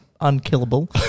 unkillable